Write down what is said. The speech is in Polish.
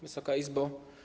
Wysoka Izbo!